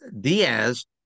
Diaz